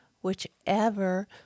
whichever